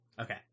Okay